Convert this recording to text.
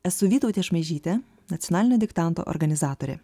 esu vytautė šmaižytė nacionalinio diktanto organizatorė